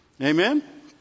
Amen